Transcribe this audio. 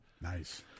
nice